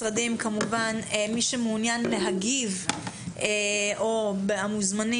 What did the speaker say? מי שמעוניין מהמשרדים להגיב או מי מהמוזמנים